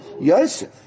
Yosef